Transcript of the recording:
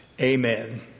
Amen